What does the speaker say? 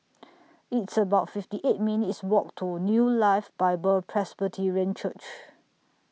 It's about fifty eight minutes' Walk to New Life Bible Presbyterian Church